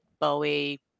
Bowie